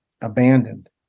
abandoned